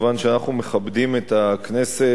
כיוון שאנחנו מכבדים את הכנסת,